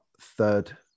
third